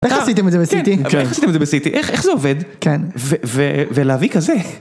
איך עשיתם את זה בסיטי? איך עשיתם את זה בסיטי? איך זה עובד? כן? ולהביא כזה?